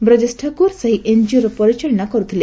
ବ୍ରଜେଶ ଠାକୁର ସେହି ଏନ୍କିଓର ପରିଚାଳନା କରୁଥିଲେ